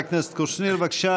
תודה.